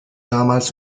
damals